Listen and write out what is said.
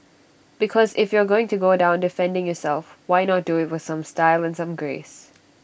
because if you are going to go down defending yourself why not do IT with some style and some grace